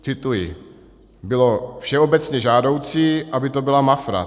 Cituji: Bylo všeobecně žádoucí, aby to byla Mafra.